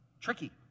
tricky